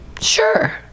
Sure